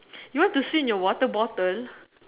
you want to swim in your water bottle